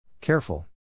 Careful